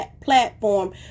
platform